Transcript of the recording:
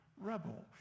rebel